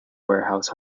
warehouse